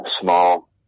Small